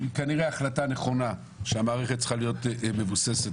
ההחלטה שהמערכת צריכה להיות מבוססת